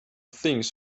things